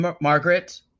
Margaret